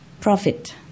profit